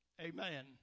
Amen